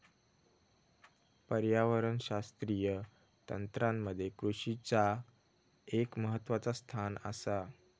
पर्यावरणशास्त्रीय तंत्रामध्ये कृषीचा एक महत्वाचा स्थान आसा